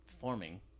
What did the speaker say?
forming